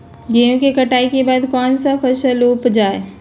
गेंहू के कटाई के बाद कौन सा फसल उप जाए?